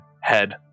head